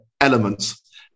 elements